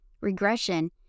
Regression